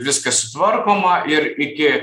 viskas sutvarkoma ir iki